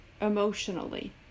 emotionally